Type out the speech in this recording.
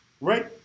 Right